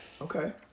Okay